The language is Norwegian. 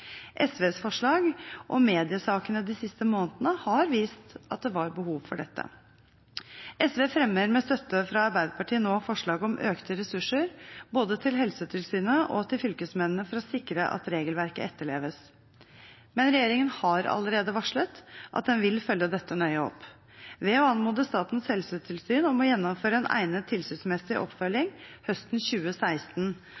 SVs forslag og mediesakene de siste månedene har vist at det var behov for dette. SV fremmer med støtte fra Arbeiderpartiet nå forslag om økte ressurser både til Helsetilsynet og til fylkesmennene for å sikre at regelverket etterleves. Men regjeringen har allerede varslet at den vil følge dette nøye opp, ved å anmode Statens helsetilsyn om å gjennomføre en egnet tilsynsmessig